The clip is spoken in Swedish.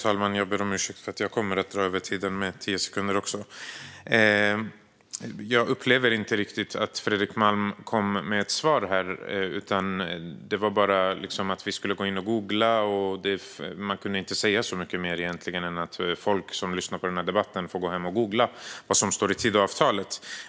Herr talman! Jag upplever inte riktigt att Fredrik Malm gav ett svar här. Han sa bara att vi ska googla. Det går inte att säga så mycket mer än att folk som lyssnar på debatten får gå hem och googla vad som står i Tidöavtalet.